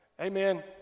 Amen